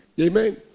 Amen